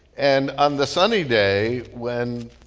and on the sunny day when